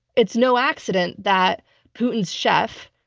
it's no accident that putin's chef,